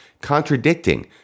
contradicting